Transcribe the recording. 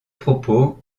propos